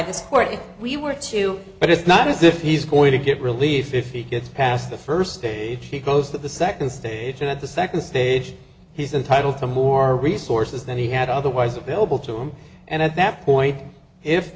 if we were to but it's not as if he's going to get relief if he gets past the first day he goes to the second stage at the second stage he's entitled to more resources than he had otherwise available to him and at that point if